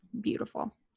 beautiful